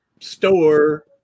store